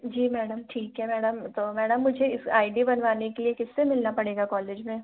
जी madam ठीक है madam तो मैडम मुझे इस आई डी बनवाने के लिए किस से मिलना पड़ेगा कॉलेज में